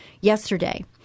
yesterday